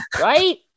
Right